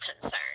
concern